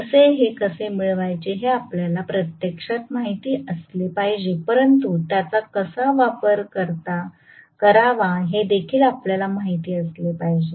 तर हे कसे मिळवायचे हे आपल्याला प्रत्यक्षात माहित असले पाहिजे परंतु त्याचा कसा वापर करावा हे देखील आपल्याला माहित असले पाहिजे